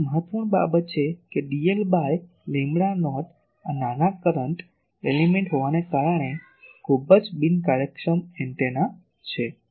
તેથી આ એક મહત્વપૂર્ણ બાબત છે કે dl બાય લેમ્બડા નોટ આ નાના કરંટ એલીમેન્ટ હોવાને કારણે ખૂબ જ બિનકાર્યક્ષમ એન્ટેના છે